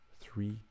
three